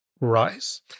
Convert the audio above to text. rise